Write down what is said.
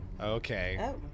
Okay